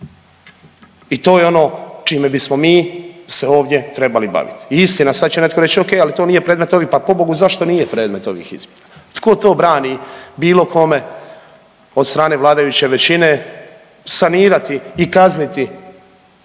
I to je ono čime bismo mi se ovdje trebali baviti. I istina, sad će netko reći o.k. ali to nije predmet ovih. Pa pobogu zašto nije predmet ovih izmjena? Tko to brani bilo kome od strane vladajuće većine sanirati i kazniti